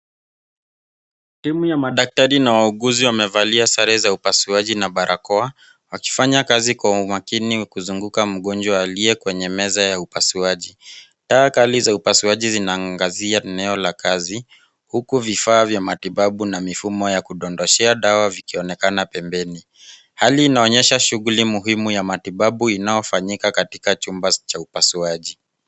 Timu ya madaktari na wauguzi wamevalia sare za upasuaji na barakoa wakifanya kazi kwa umakini na kuzunguka mgonjwa aliye kwenye meza za upasuaji. Taa ndogo za upasuaji zinaangazia eneo la kazi huku vifaa vya matibabu na mifumo vya kudondoshea dawa vikionekana pembeni. Hali hii inaonyesha shughuli muhimu ya matibabu inayofanyika katika chumba cha upasuaji.